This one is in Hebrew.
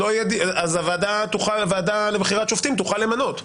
הוועדה לבחירת שופטים תוכל למנות,